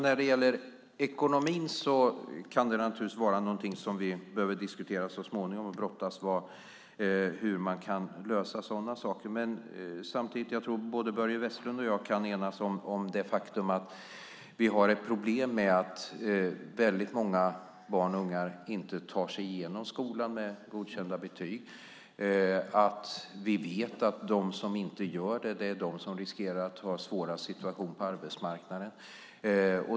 Fru talman! Vi kan behöva diskutera ekonomin så småningom och se hur man kan lösa sådana saker. Samtidigt tror jag att Börje Vestlund och jag kan enas om det faktum att vi har problem med att väldigt många barn och unga inte tar sig igenom skolan med godkända betyg. Vi vet att de som inte gör det riskerar att få en svår situation på arbetsmarknaden.